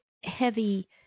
heavy